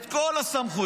את כל הסמכויות.